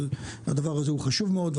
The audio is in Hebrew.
אבל הדבר הזה חשוב מאוד,